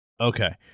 Okay